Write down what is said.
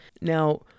now